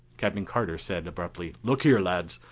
captain carter said abruptly, look here, lads,